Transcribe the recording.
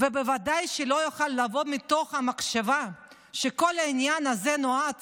ובוודאי שלא יוכל לבוא מתוך המחשבה שכל העניין הזה נועד